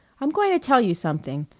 i'm going to tell you something,